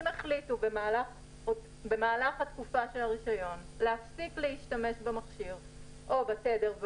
אם החליטו במהלך תקופת הרישיון להפסיק להשתמש במכשיר או בתדר,